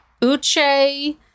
Uche